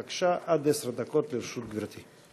בבקשה, עד עשר דקות לרשות גברתי.